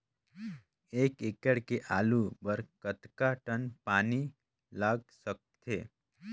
एक एकड़ के आलू बर कतका टन पानी लाग सकथे?